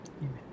Amen